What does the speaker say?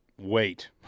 wait